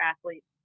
athletes